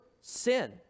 sin